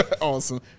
Awesome